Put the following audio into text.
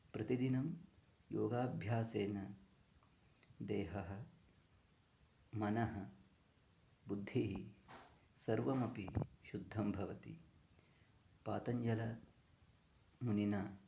प्रतिदिनं योगाभ्यासेन देहः मनः बुद्धिः सर्वमपि शुद्धं भवति पातञ्जलमुनिना